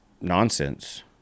nonsense